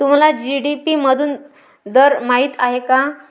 तुम्हाला जी.डी.पी मधून दर माहित आहे का?